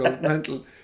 mental